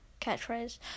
catchphrase